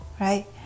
right